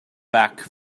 back